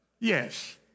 Yes